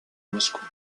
moscou